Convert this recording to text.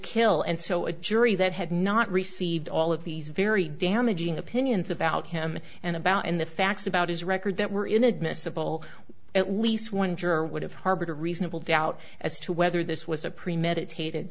kill and so a jury that had not received all of these very damaging opinions about him and about in the facts about his record that were inadmissible at least one juror would have harbored a reasonable doubt as to whether this was a premeditated